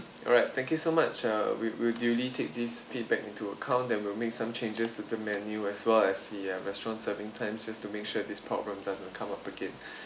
alright thank you so much uh we will duly take this feedback into account then we'll make some changes to the menu as well as the uh restaurants serving plan just to make sure this problem doesn't come up again